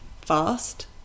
fast